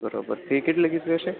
બરોબર